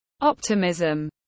optimism